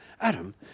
Adam